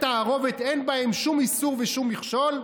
תערובת אין בהם שום איסור ושום מכשול?